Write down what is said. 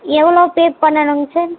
எவ்வளோ பே பண்ணணுங்க சார்